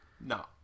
No